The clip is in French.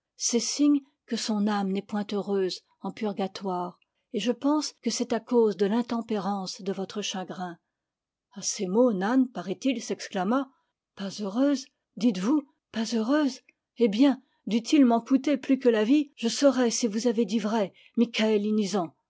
c'est signe que son âme n'est point heureuse en purgatoire et je pense que c'est à cause de l'intempérance de votre chagrin a ces mots nann paraît-il s'exclama pas heureuse dit es vous pas heureuse eh bien dût-il m'en coûter plus que la vie je saurai si vous avez dit vrai